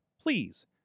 Please